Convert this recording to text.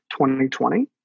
2020